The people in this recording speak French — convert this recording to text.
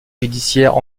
judiciaires